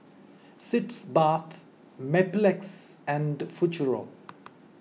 Sitz Bath Mepilex and Futuro